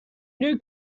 new